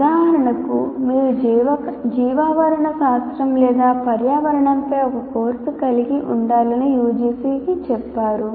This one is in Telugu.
ఉదాహరణకు మీరు జీవావరణ శాస్త్రం లేదా పర్యావరణంపై ఒక కోర్సు కలిగి ఉండాలని UGC చెప్పారు